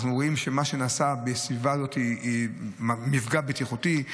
אנחנו רואים שמה שנעשה בסביבה הזאת הוא מפגע בטיחותי,